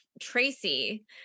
Tracy